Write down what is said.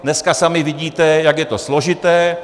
Dneska sami vidíte, jak je to složité.